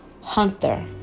Hunter